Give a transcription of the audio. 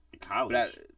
College